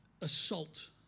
assault